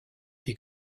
des